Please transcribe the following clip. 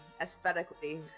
aesthetically